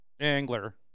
angler